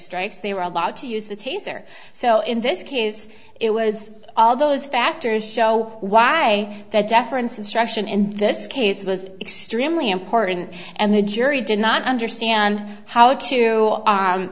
strikes they were allowed to use the taser so in this case it was all those factors so why the deference instruction in this case was extremely important and the jury did not understand how to